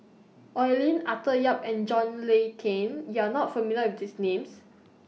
Oi Lin Arthur Yap and John Le Cain YOU Are not familiar with These Names